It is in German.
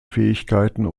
fähigkeiten